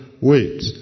wait